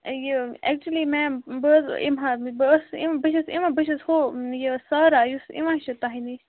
یہِ اٮ۪کچُولی میم بہٕ حظ یِم ہا بہٕ ٲسٕس یِم بہٕ چھَس یِوان بہٕ چھَس ہُہ یہِ سارہ یُس یِوان چھِ تۄہہِ نِش